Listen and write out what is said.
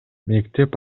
мектеп